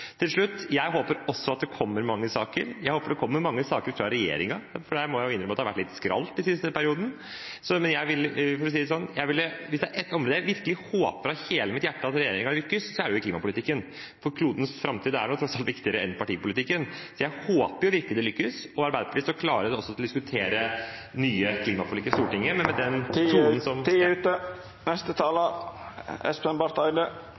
til at man stemmer mot. Til slutt: Jeg håper også at det kommer mange saker. Jeg håper det kommer mange saker fra regjeringen, for der må jeg innrømme at det har vært litt skralt den siste perioden. Så jeg vil si det slik at hvis det er et område jeg virkelig håper av hele mitt hjerte at regjeringen lykkes, er det i klimapolitikken, for klodens framtid er tross alt viktigere enn partipolitikken. Så jeg håper virkelig det lykkes, og Arbeiderpartiet står klare til å diskutere nye klimaforlik i Stortinget, men … Taletida er ute. Representanten Espen Barth Eide